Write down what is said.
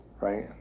right